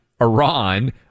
Iran